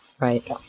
Right